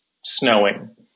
snowing